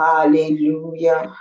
Hallelujah